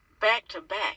back-to-back